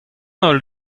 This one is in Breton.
holl